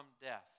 death